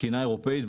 תקינה אירופאית,